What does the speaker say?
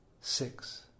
six